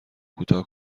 کوتاه